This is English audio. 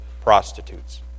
prostitutes